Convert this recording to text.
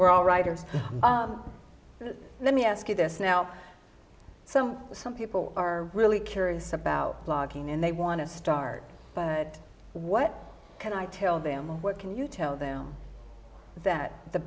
we're all writers but let me ask you this now so some people are really curious about blogging and they want to start but what can i tell them what can you tell them that the